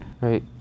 Right